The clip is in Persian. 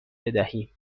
بدهیم